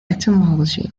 etymology